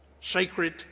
sacred